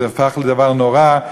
זה הפך לדבר נורא.